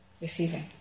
receiving